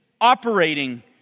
operating